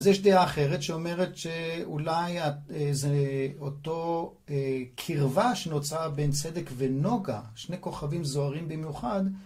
אז יש דעה אחרת שאומרת שאולי זה אותו קרבה שנוצרה בין צדק ונוגה, שני כוכבים זוהרים במיוחד,